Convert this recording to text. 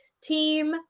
team